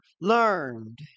learned